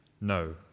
No